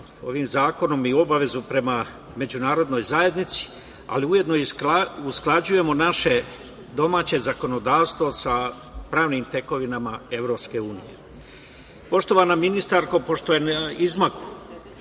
ovim zakonom i obavezu prema međunarodnoj zajednici, ali ujedno i usklađujemo naše domaće zakonodavstvo sa pravnim tekovinama Evropske unije. Poštovana ministarko, pošto je na izmaku